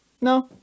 No